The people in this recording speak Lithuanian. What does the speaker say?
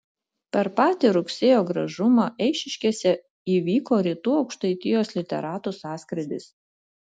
per patį rugsėjo gražumą eišiškėse įvyko rytų aukštaitijos literatų sąskrydis